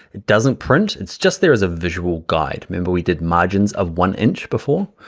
it doesn't print, it's just there's a visual guide member. we did margins of one inch before.